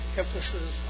emphasis